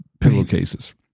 pillowcases